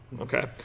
Okay